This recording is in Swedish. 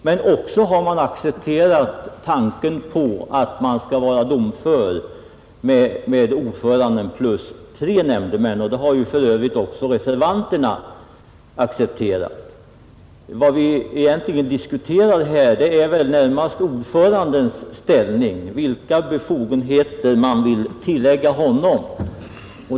Men därutöver har de accepterat tanken på att rätten skall vara domför med ordföranden plus tre nämndemän, och det har för övrigt också reservanterna gjort. Vad vi egentligen diskuterar här är väl närmast ordförandens ställning, dvs. vilka befogenheter man vill tillägga honom.